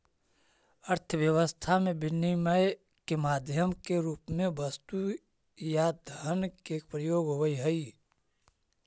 अर्थव्यवस्था में विनिमय के माध्यम के रूप में वस्तु या धन के प्रयोग होवऽ हई